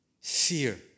Fear